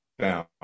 down